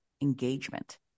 engagement